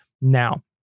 now